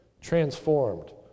transformed